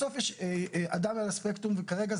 בסוף יש אדם על הספקטרום כרגע,